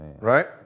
Right